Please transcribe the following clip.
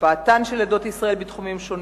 השפעתן של עדות ישראל בתחומים שונים,